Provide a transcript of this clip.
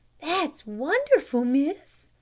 that's wonderful, miss,